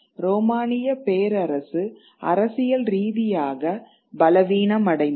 ரோமானிய பேரரசு அரசியல் ரீதியாக பலவீனமடைந்தது